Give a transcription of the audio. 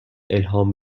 الهام